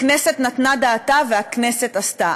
הכנסת נתנה דעתה והכנסת עשתה.